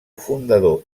fundador